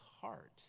heart